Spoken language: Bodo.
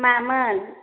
मामोन